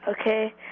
Okay